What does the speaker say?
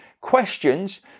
questions